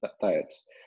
diets